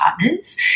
partners